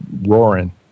roaring